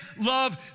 love